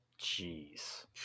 Jeez